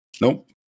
Nope